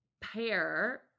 pair